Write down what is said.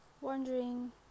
Wondering